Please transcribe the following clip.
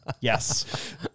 Yes